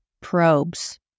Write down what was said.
probes